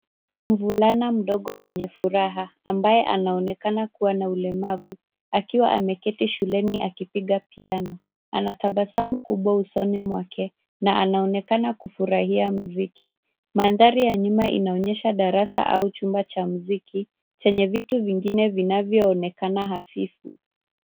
Mvulana mdogo mwenye furaha ambaye anaonekana kuwa na ulemavu akiwa ameketi shuleni akipiga piano. Ana tabasamu kubwa usoni mwake na naonekana kufurahia mziki. Mandhari ya nyuma inaonyesha darasa au chumba cha mziki chenye vitu vingine vinavyoonekana hafifu.